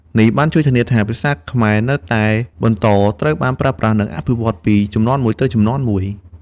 នេះបានជួយធានាថា ភាសាខ្មែរនៅតែបន្តត្រូវបានប្រើប្រាស់ និងអភិវឌ្ឍពីជំនាន់មួយទៅជំនាន់មួយ។